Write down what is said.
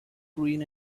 green